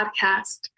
Podcast